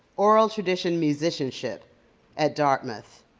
oral tradition musicianship at dartmouth.